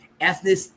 ethnic